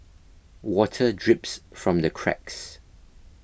water drips from the cracks